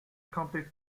complete